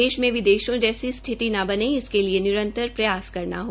देश और विदेश जैसी स्थिति न बने इसके लिए निरंतर प्रयास करना है